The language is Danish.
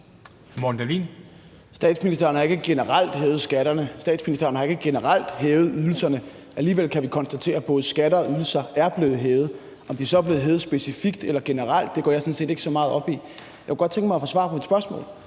Statsministeren har ikke generelt hævet skatterne; statsministeren har ikke generelt hævet ydelserne. Alligevel kan vi konstatere, at både skatter og ydelser er blevet hævet. Om de så er blevet hævet specifikt eller generelt, går jeg sådan set ikke så meget op i. Jeg kunne godt tænke mig at få svar på mit spørgsmål: